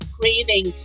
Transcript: craving